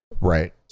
Right